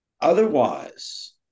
Otherwise